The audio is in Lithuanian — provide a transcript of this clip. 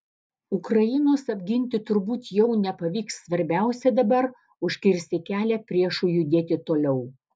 ukrainos apginti turbūt jau nepavyks svarbiausia dabar užkirsti kelią priešui judėti toliau